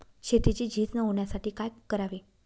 शेतीची झीज न होण्यासाठी काय करावे?